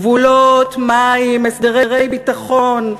גבולות, מים, הסדרי ביטחון,